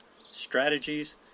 strategies